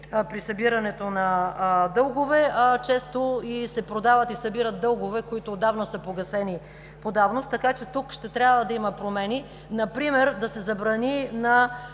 при събирането на дългове, а често се продават и събират дългове, които отдавна са погасени по давност. Тук ще трябва да има промени – например да се забрани на